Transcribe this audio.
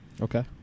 Okay